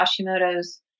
Hashimoto's